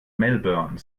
melbourne